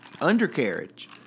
undercarriage